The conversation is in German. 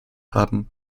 haben